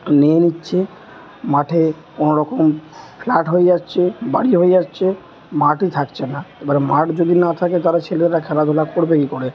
নিয়ে নিচ্ছে মাঠে কোনো রকম ফ্ল্যাট হয়ে যাচ্ছে বাড়ি হয়ে যাচ্ছে মাঠই থাকছে না এবারে মাঠ যদি না থাকে তাহলে ছেলেরা খেলাধুলা করবে কি করে